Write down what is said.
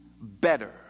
better